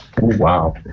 Wow